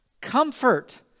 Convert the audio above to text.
Comfort